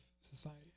society